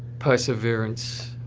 perseverance.